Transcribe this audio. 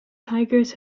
tigers